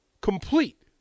complete